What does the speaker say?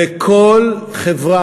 וכל חברה,